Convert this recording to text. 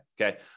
Okay